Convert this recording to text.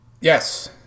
Yes